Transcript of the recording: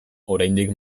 oraindik